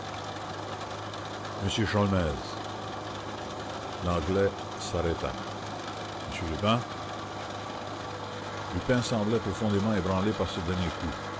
l'anglais s'arrêta m lupin lupin semblait profondément ébranlé par ce dernier coup